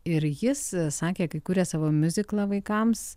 ir jis sakė kai kūrė savo miuziklą vaikams